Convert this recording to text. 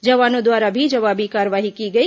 जवानों द्वारा भी जवाबी कार्रवाई की गई